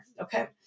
okay